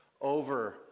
over